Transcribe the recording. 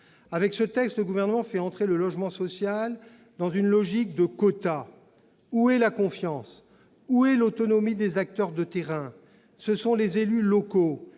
Avec ce texte, le Gouvernement fait entrer le logement social dans une logique de quotas. Où est la confiance ? Où est l'autonomie des acteurs de terrain ? Ce sont les élus locaux